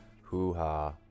hoo-ha